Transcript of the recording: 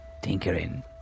Tinkering